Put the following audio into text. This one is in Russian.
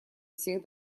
всех